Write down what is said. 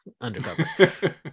undercover